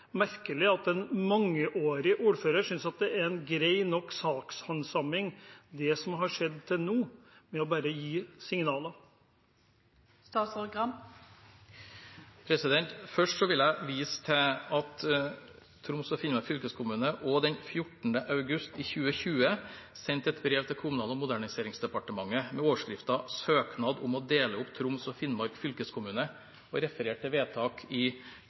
merkelig at en mangeårig ordfører syns at det er en grei nok sakshandsaming det som har skjedd til nå, med bare å gi signaler. Først vil jeg vise til at Troms og Finnmark fylkeskommune også den 14. august 2020 sendte et brev til Kommunal- og moderniseringsdepartementet med overskriften Søknad om å dele opp Troms og Finnmark fylkeskommune, og refererte til vedtak i